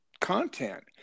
content